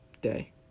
day